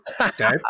okay